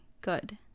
good